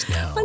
Now